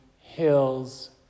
hills